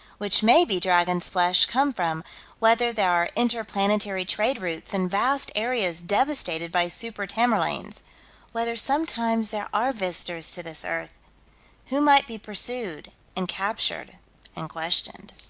which may be dragons' flesh, come from whether there are inter-planetary trade routes and vast areas devastated by super-tamerlanes whether sometimes there are visitors to this earth who might be pursued and captured and questioned.